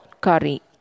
curry